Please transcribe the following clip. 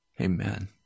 Amen